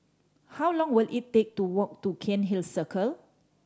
how long will it take to walk to Cairnhill Circle